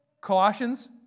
Colossians